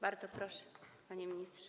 Bardzo proszę, panie ministrze.